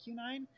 Q9